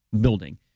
building